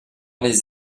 les